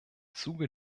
zuge